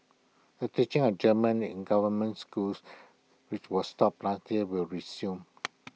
the teaching A German in government schools which was stopped last year will resume